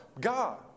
God